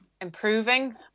improving